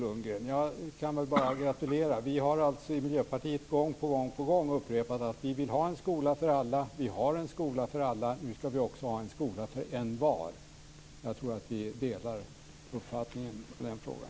Jag kan bara gratulera. Vi har i Miljöpartiet gång på gång upprepat att vi vill ha en skola för alla. Vi har en skola för alla. Nu ska vi också ha en skola för envar. Jag tror att vi delar uppfattning i den frågan.